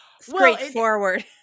straightforward